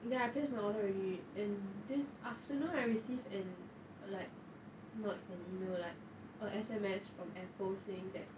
ya I placed my order already and this afternoon I receive in like not in a email like a S_M_S from apple saying that